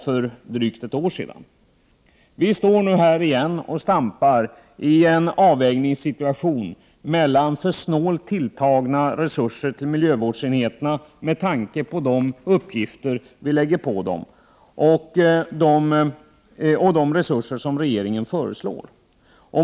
Nu står vi här igen och stampar i en avvägningssituation och skall välja mellan — med tanke på de uppgifter som åvilar dem — för snålt tilltagna resurser till miljövårdsenheterna och de resurser som regeringen föreslår.